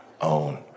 own